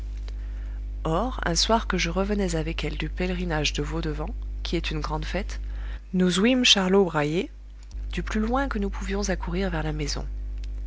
or un soir que je revenais avec elle du pélerinage de vaudevant qui est une grande fête nous ouïmes charlot brailler du plus loin que nous pouvions accourir vers la maison